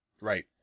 Right